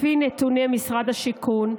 לפי נתוני משרד השיכון,